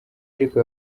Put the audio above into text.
ariko